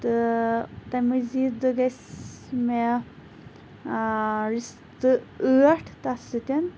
تہٕ تَمہِ مٔزیٖد گژھِ مےٚ رِستہٕ ٲٹھ تَتھ سۭتۍ